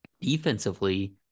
Defensively